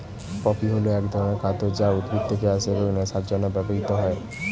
poppy হল এক ধরনের খাদ্য যা উদ্ভিদ থেকে আসে এবং নেশার জন্য ব্যবহৃত হয়